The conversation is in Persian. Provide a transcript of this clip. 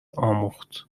آموخت